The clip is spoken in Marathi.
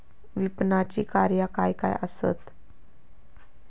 विपणनाची कार्या काय काय आसत?